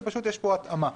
ופשוט יש פה התאמה.